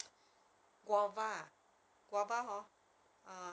炒芥兰最好吃